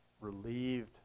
relieved